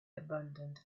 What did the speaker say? abandoned